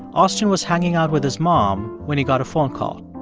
austin was hanging out with his mom when he got a phone call.